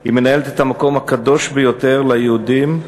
היא מנהלת את המקום הקדוש ביותר ליהודים,